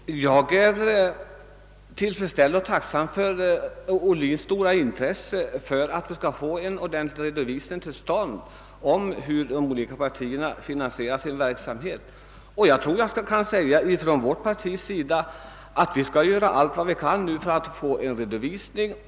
Herr talman! Jag är tillfredsställd över och tacksam för herr Ohlins stora intresse för att vi skall få en ordentlig redovisning av hur de olika partierna finansierar sin verksamhet. Vad det socialdemokratiska partiet beträffar tror jag mig våga säga, att vi skall göra allt vad vi kan för att få till stånd en sådan redovisning.